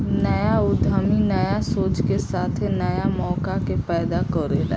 न्या उद्यमी न्या सोच के साथे न्या मौका के पैदा करेला